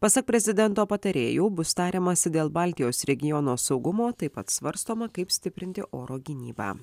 pasak prezidento patarėjų bus tariamasi dėl baltijos regiono saugumo taip pat svarstoma kaip stiprinti oro gynybą